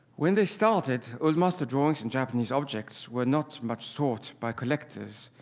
when they started, old master drawings and japanese objects were not much sought by collectors,